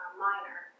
minor